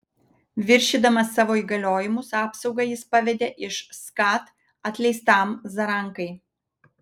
viršydamas savo įgaliojimus apsaugą jis pavedė iš skat atleistam zarankai